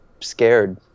scared